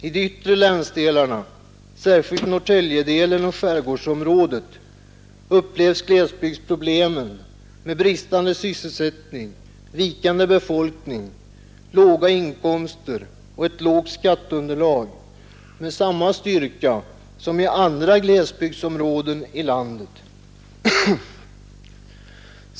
I de yttre länsdelarna, särskilt i Norrtäljedelen och i skärgårdsområdet, upplevs glesbygdsproblemet med bristande sysselsättning, vikande befolkningstal, låga inkomster och lågt skatteunderlag med samma styrka som i andra glesbygdsområden i landet.